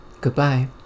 Goodbye